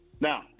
Now